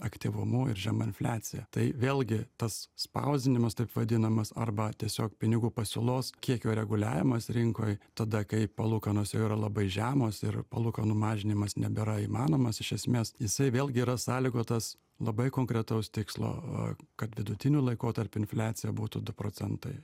aktyvumu ir žema infliacija tai vėlgi tas spausdinimas taip vadinamas arba tiesiog pinigų pasiūlos kiekio reguliavimas rinkoj tada kai palūkanos jau yra labai žemos ir palūkanų mažinimas nebėra įmanomas iš esmės jisai vėlgi yra sąlygotas labai konkretaus tikslo kad vidutiniu laikotarpiu infliacija būtų du procentai